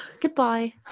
Goodbye